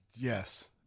Yes